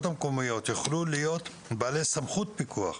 המקומיות יוכלו להיות בעלי סמכות פיקוח.